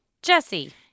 Jesse